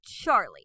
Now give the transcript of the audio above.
Charlie